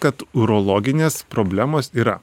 kad urologinės problemos yra